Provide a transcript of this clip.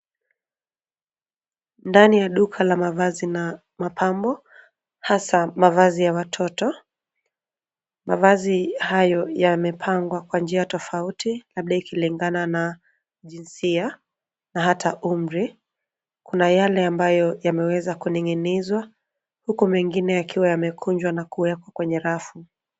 Ndani ya duka la mavazi na mapambo hasa mavazi ya watoto. Mavazi hayo yamepangwa kwa njia tofauti labda ikilingana na jinsia na hata umri kuna yale ambayo yameweza kuning'inizwa huku mengine yakiwa yame kunjwa na kuwekwa kwenye rafu.